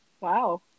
wow